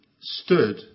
stood